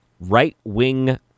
right-wing